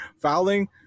fouling